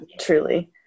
truly